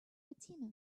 fatima